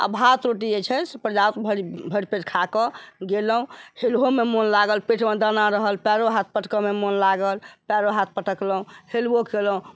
आ भात रोटी जे छै से पर्याप्त भरि पेट खा कऽ गेलहुँ हेलहोमे मोन लागल पेटमे दाना रहल पएरो हाथ पटकैमे मोन लागल पएरो हाथ पटकलहुँ हेलबो केलहुँ